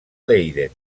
leiden